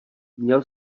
měl